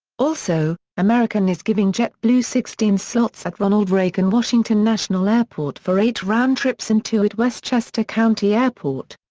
also, american is giving jetblue sixteen slots at ronald reagan washington national airport for eight round trips and two at westchester county airport.